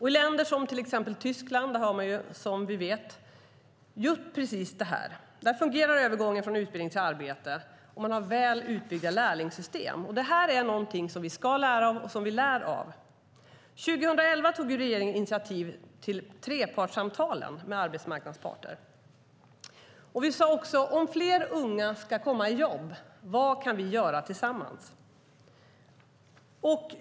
I länder som till exempel Tyskland har man, som vi vet, gjort precis detta. Där fungerar övergången från utbildning till arbete, och man har väl utbyggda lärlingssystem. Det här är någonting som vi ska lära av och som vi lär av. År 2011 tog regeringen initiativ till trepartssamtalen mellan arbetsmarknadens parter. Vi frågade: Vad kan vi göra tillsammans för att fler unga ska komma i jobb?